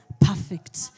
perfect